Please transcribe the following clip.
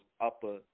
upper